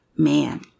Man